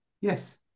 yes